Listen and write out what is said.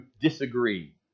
disagree